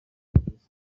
kugeza